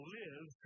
live